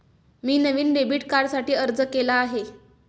मी नवीन डेबिट कार्डसाठी अर्ज केला आहे